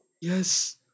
Yes